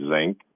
zinc